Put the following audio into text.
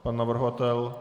Pan navrhovatel?